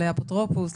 לאפוטרופוס,